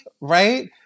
right